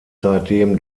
seitdem